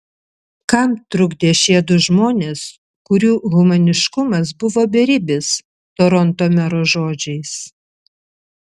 kam trukdė šie du žmonės kurių humaniškumas buvo beribis toronto mero žodžiais